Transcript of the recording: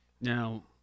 Now